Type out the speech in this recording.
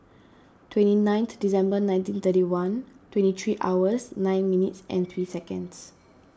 twenty ninth December nineteen thirty one twenty three hours nine minutes and three seconds